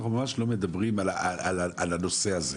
אנחנו ממש לא מדברים על הנושא הזה.